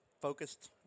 Focused